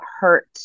hurt